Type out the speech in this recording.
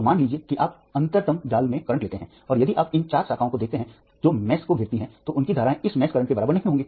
तो मान लीजिए कि आप अंतरतम जाल में करंट लेते हैं और यदि आप इन चार शाखाओं को देखते हैं जो जाल को घेरती हैं तो उनकी धाराएँ इस जाल करंट के बराबर नहीं होंगी